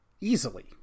easily